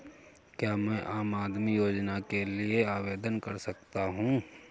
क्या मैं आम आदमी योजना के लिए आवेदन कर सकता हूँ?